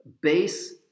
base